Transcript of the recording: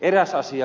eräs asia